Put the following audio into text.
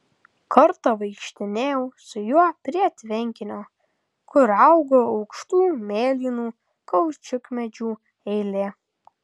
kartą vaikštinėjau su juo prie tvenkinio kur augo aukštų mėlynų kaučiukmedžių eilė